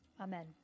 Amen